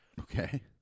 Okay